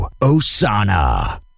Osana